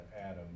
Adam